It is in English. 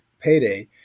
payday